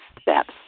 steps